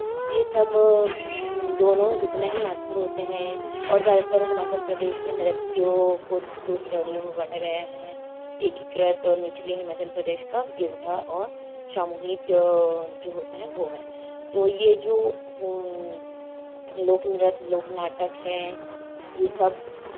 ये सब दोनों उतने ही महतपूर्ण होते हैं और ज़्यादातर हिमाचल प्रदेश के नृत्यों को दो श्रेणियों में बाँटा गया है एकीकृत और निचले हिमाचल प्रदेश का गिद्धा और सामूहिक जो होता है वो है तो ये जो लोक नृत्य लोक नाटक हैं ये सब